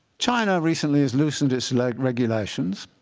china recently has loosened its like regulations.